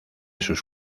sus